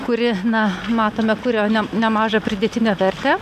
kuri na matome kuria ne nemažą pridėtinę vertę